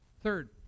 Third